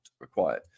required